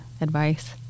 advice